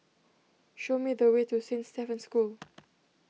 show me the way to Saint Stephen's School